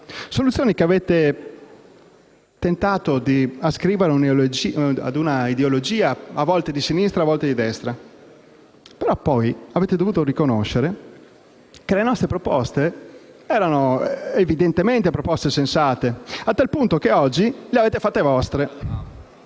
buonsenso, che avete tentato di ascrivere a un'ideologia, a volte di sinistra, a volte di destra, per poi dover riconoscere che le nostre proposte erano evidentemente sensate, al punto tale che oggi le avete fatte vostre